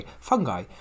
fungi